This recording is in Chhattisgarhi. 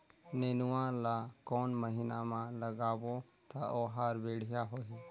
नेनुआ ला कोन महीना मा लगाबो ता ओहार बेडिया होही?